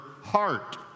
heart